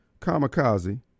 Kamikaze